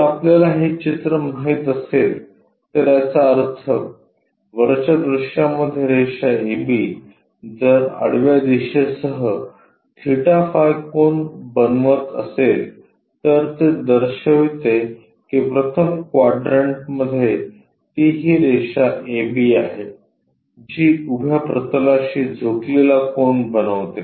जर आपल्याला हे चित्र माहित असेल तर याचा अर्थ वरच्या दृश्यामध्ये रेषा ab जर आडव्या दिशेसह थीटा फाय कोन बनवत असेल तर ते दर्शविते की प्रथम क्वाड्रंटमध्ये ती ही रेषा AB आहे जी उभ्या प्रतलाशी झुकलेला कोन बनवते